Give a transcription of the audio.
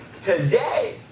Today